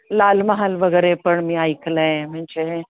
लाल महाल वगैरे पण मी ऐकलं आहे म्हणजे